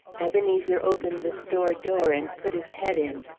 ebenezer opened the store door and put his head in.